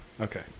Okay